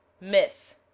myth